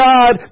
God